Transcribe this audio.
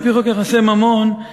על-פי חוק יחסי ממון,